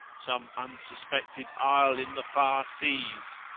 some unsuspected isle in the far seas!